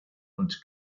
und